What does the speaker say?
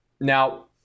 Now